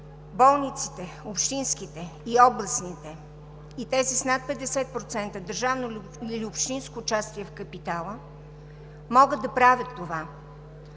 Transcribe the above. болниците – общинските и областните, и тези с над 50% държавно или общинско участие в капитала, могат да правят това.